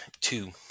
Two